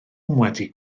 wedi